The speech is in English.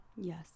Yes